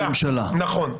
הממשלה, נכון,